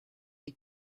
est